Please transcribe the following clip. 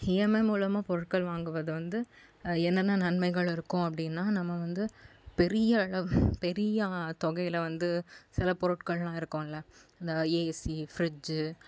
EMI மூலமாக பொருட்கள் வாங்குவது வந்து என்னென்ன நன்மைகள் இருக்கும் அப்படின்னா நம்ம வந்து பெரிய அளவு பெரிய தொகையில் வந்து சில பொருட்கள்லாம் இருக்கும்ல இந்த ஏசி ஃப்ரிட்ஜ்ஜு